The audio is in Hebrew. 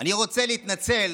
אני רוצה להתנצל